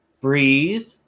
breathe